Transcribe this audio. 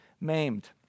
maimed